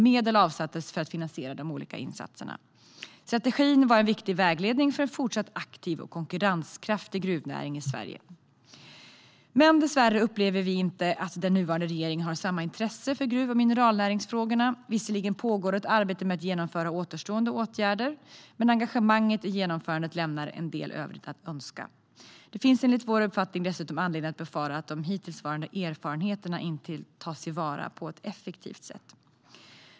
Medel avsattes för att finansiera de olika insatserna. Strategin var en viktig vägledning för en fortsatt aktiv och konkurrenskraftig gruvnäring i Sverige. Dessvärre upplever vi inte att den nuvarande regeringen har samma intresse för gruv och mineralnäringsfrågorna. Visserligen pågår ett arbete med att genomföra återstående åtgärder, men engagemanget i genomförandet lämnar en del övrigt att önska. Det finns enligt vår uppfattning dessutom anledning att befara att de hittillsvarande erfarenheterna inte tas till vara på ett effektivt sätt.